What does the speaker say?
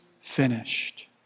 finished